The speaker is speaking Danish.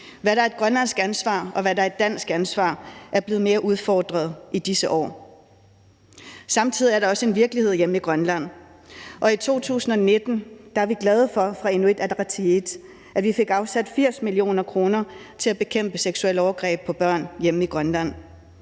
Hvad der er grønlandsk ansvar, og hvad der er dansk ansvar, er blevet mere udfordret i disse år. Samtidig er der også en virkelighed hjemme i Grønland, og i 2019 var vi i Inuit Ataqatigiit glade for, at vi fik afsat 80 mio. kr. til at bekæmpe seksuelle overgreb på børn hjemme i Grønland.